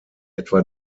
etwa